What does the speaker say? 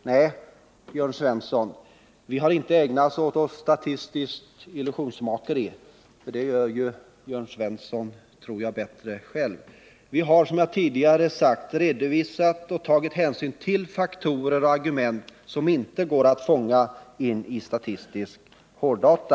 Nej, Jörn Svensson, vi har inte ägnat oss åt statistiskt illusionsmakeri — det tror jag att Jörn Svensson gör bättre själv. Vi har, som jag tidigare sagt, redovisat och tagit hänsyn till faktorer och argument som inte går att fånga in i statistiska hårddata.